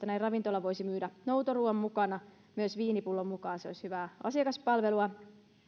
näin ravintola voisi myydä noutoruoan mukana myös viinipullon mukaan se olisi hyvää asiakaspalvelua